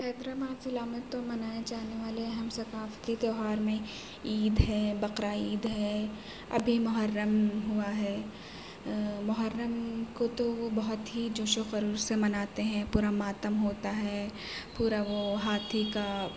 حیدر آباد ضلع میں تو منائے جانے والے اہم ثقافتی تیوہار میں عید ہے بقرعید ہے ابھی محرم ہوا ہے محرم کو تو وہ بہت ہی جوش و خروش سے مناتے ہیں پورا ماتم ہوتا ہے پورا وہ ہاتھی کا